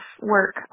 work